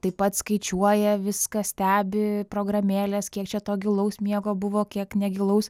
taip pat skaičiuoja viską stebi programėlės kiek čia to gilaus miego buvo kiek negilaus